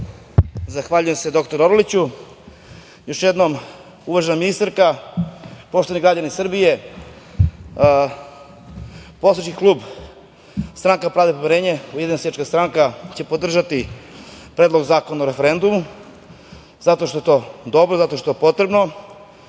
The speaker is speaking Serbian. Zahvaljujem se, dr Orliću. Još jednom uvažena ministarka, poštovani građani Srbije, poslanički klub Stranka pravde i pomirenja i Ujedinjena seljačka stranka će podržati Predlog zakona o referendumu zato što je to dobro, zato što je potrebno